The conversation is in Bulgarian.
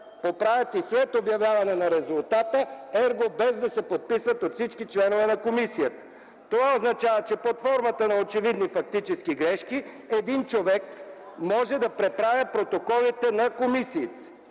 поправят и след обявяване на резултата, ерго – без да се подписват от всички членове на комисията. Това означава, че под формата на очевидни фактически грешки един човек може да преправя протоколите на комисиите.